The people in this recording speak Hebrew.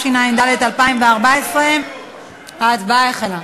התשע"ד 2014. ההצבעה החלה.